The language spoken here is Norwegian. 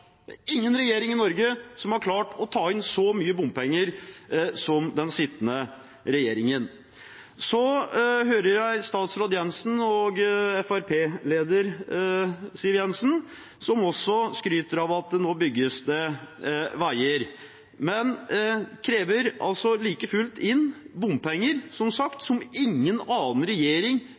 Det er ingen regjering i Norge som har klart å ta inn så mye bompenger som den sittende regjeringen. Så hører jeg statsråd Siv Jensen og Fremskrittsparti-leder Siv Jensen også skryte av at nå bygges det veier, men man krever like fullt, som sagt, inn bompenger som ingen annen regjering